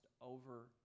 over